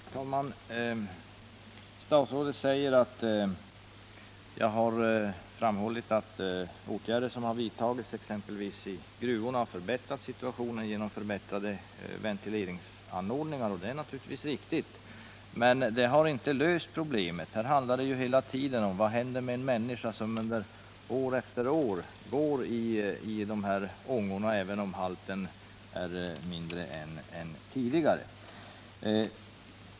Herr talman! Enligt statsrådet Wirtén har jag framhållit att de åtgärder som vidtagits, exempelvis i gruvorna, har hjälpt upp situationen genom förbättrade ventilationsanordningar och det är naturligtvis riktigt. Men problemet är inte löst. Det handlar här hela tiden om vad som händer med dem som år efter år arbetar i de här ångorna, även om gifthalten är lägre än tidigare.